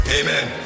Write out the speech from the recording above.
amen